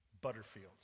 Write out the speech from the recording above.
Butterfield